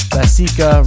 Basica